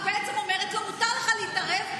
אני אחשוב על תמריץ.